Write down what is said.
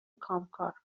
کامکار